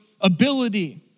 ability